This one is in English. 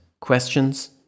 Questions